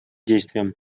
действиям